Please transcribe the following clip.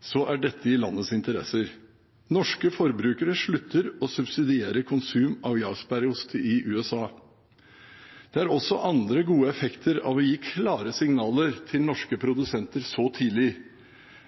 så tidlig.